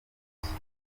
munsi